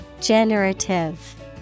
Generative